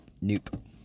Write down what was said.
Nope